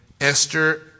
Esther